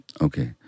Okay